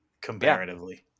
comparatively